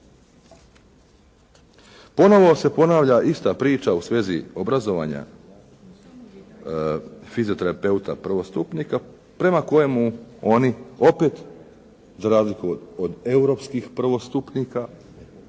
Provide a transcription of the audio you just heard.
Ponovo se ponavlja ista priča u svezi obrazovanja fizioterapeuta prvostupnika prema kojemu oni opet se razlikuju od europskih prvostupnika,